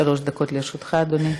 שלוש דקות לרשותך, אדוני.